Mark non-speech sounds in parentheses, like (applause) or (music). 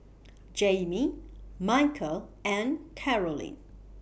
(noise) Jaime Michial and Karolyn